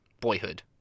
boyhood